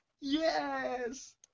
Yes